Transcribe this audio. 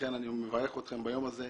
לכן אני מברך אתכם ביום הזה.